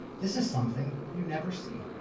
this is something you never see.